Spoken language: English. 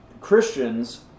Christians